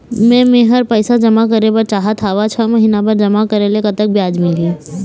मे मेहर पैसा जमा करें बर चाहत हाव, छह महिना बर जमा करे ले कतक ब्याज मिलही?